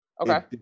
Okay